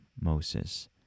Moses